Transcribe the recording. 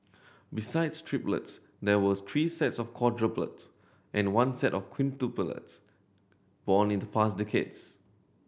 besides triplets there was three sets of quadruplets and one set of quintuplets born in to past decades